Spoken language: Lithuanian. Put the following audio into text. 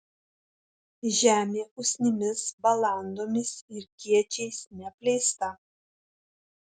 žemė usnimis balandomis ir kiečiais neapleista